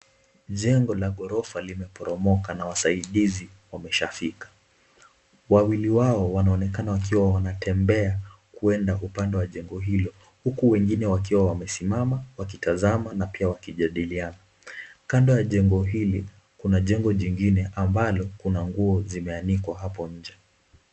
Jengo la ghorofa limeporomoka na wasaidizi wameshafika, wawili wao wanaonekana wakiwa wanatembea kuenda upande wa jengo hilo huku wengine wakiwa wamesimama wakitazama na pia wakijadiliana, kando ya jengo hili kuna jengo jingine ambalo kuna nguo zimeanikwa apo nje.